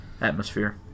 Atmosphere